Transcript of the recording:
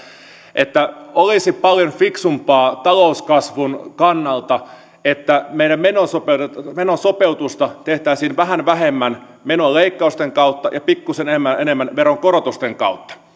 että olisi paljon fiksumpaa talouskasvun kannalta että menosopeutusta menosopeutusta tehtäisiin vähän vähemmän menoleikkausten kautta ja pikkuisen enemmän enemmän veronkorotusten kautta